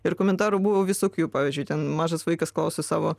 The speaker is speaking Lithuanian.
ir komentarų buvo visokių pavyzdžiui ten mažas vaikas klauso savo